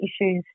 issues